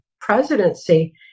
presidency